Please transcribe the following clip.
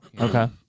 Okay